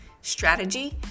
strategy